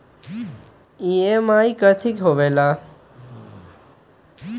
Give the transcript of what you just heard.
EMI कथी होवेले?